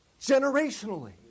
generationally